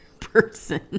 person